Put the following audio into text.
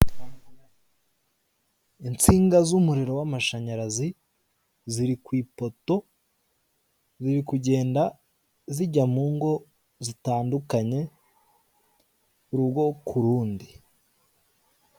Insinga z'umuriro w'amashanyarazi ziri ku ipoto ziri kugenda zijya mu ngo zitandukanye urugo kurundi.